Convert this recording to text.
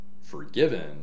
forgiven